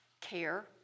care